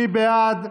מי בעד?